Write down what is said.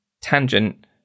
tangent